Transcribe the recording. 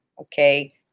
Okay